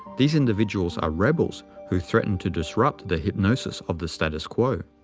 these individuals are rebels who threaten to disrupt the hypnosis of the status quo.